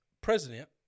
president